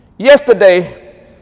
Yesterday